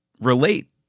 relate